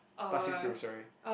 passing to sorry